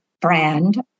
brand